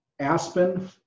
Aspen